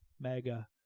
mega